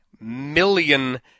million